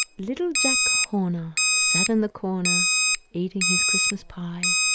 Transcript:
little jack horner sat in the corner eating his christmas pie,